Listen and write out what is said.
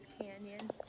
canyon